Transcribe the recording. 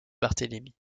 barthélemy